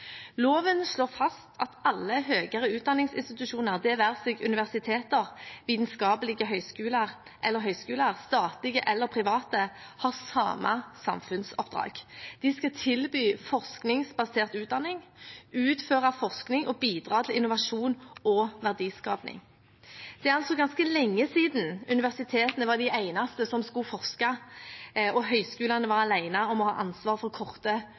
Loven slår fast at alle høyere utdanningsinstitusjoner – det være seg universiteter, vitenskapelige høyskoler eller høyskoler, statlige eller private – har det samme samfunnsoppdraget. De skal tilby forskningsbasert utdanning, utføre forskning og bidra til innovasjon og verdiskaping. Det er altså ganske lenge siden universitetene var de eneste som skulle forske, og høyskolene var alene om å ha ansvar for korte